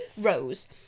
Rose